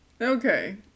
Okay